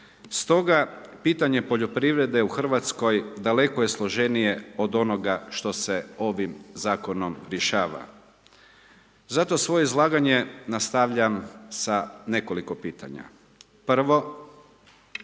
Stoga pitanje poljoprivrede u Hrvatskoj daleko je složenije od onoga što se ovim zakonom rješava. Zato svoje izlaganje nastavljam sa nekoliko pitanja. Prvo, da